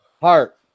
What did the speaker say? Heart